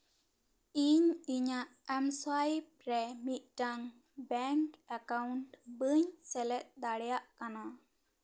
ᱤᱧ ᱤᱧᱟ ᱜ ᱮᱢᱥᱳᱣᱟᱭᱤᱯ ᱨᱮ ᱢᱤᱫᱴᱟᱝ ᱵᱮᱝᱠ ᱮᱠᱟᱩᱱᱴ ᱵᱟᱹᱧ ᱥᱮᱞᱮᱫ ᱫᱟᱲᱮᱭᱟᱜ ᱠᱟᱱᱟ